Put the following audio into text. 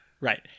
Right